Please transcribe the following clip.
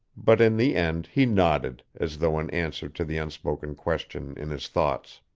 but in the end he nodded, as though in answer to the unspoken question in his thoughts.